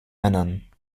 männern